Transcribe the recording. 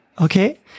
Okay